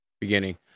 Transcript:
beginning